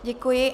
Děkuji.